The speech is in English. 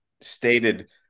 stated